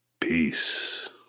Peace